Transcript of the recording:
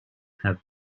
have